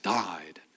died